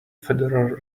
federal